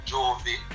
Jovi